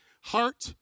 heart